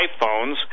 iPhones